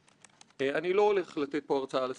"מה שקיפות יכולה לעשות",